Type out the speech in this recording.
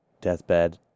deathbed